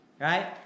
right